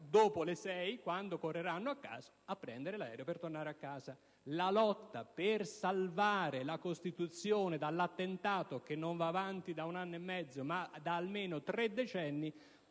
dopo le ore 18, quando correranno a prendere l'aereo per tornare a casa. La lotta per salvare la Costituzione dall'attentato, che non va avanti da un anno e mezzo, ma da almeno tre decenni,